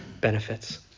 benefits